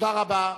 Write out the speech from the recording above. תודה רבה.